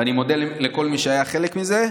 ואני מודה לכל מי שהיה חלק מזה,